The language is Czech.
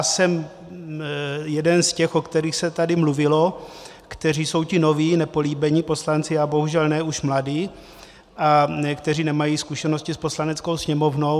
Jsem jeden z těch, o kterých se tady mluvilo, kteří jsou ti noví nepolíbení poslanci, bohužel ne už mladý, kteří nemají zkušenosti s Poslaneckou sněmovnou.